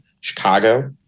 Chicago